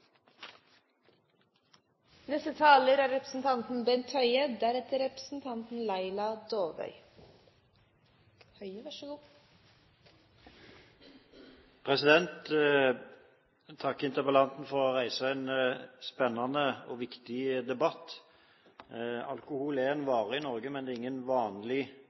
interpellanten for at han har reist en spennende og viktig debatt. Alkohol er en vare i Norge, men det er ingen vanlig